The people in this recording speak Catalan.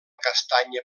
castanya